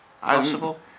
possible